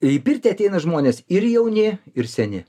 į pirtį ateina žmonės ir jauni ir seni